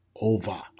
over